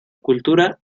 cultura